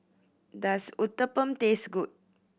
does Uthapam taste good